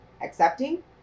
accepting